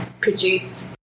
produce